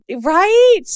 Right